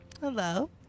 Hello